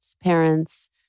parents